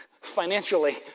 Financially